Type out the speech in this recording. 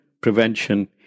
prevention